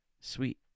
sweet